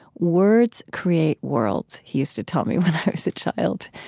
words create worlds he used to tell me when i was a child.